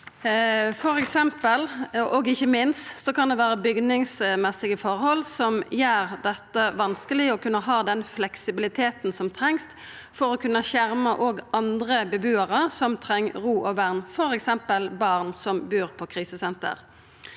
og ikkje minst, kan det vera bygningsmessige forhold som gjer det vanskeleg å kunna ha den fleksibiliteten som trengst for òg å kunna skjerma andre bebuarar som treng ro og vern, f.eks. barn som bur på krisesenter.